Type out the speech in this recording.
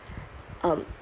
um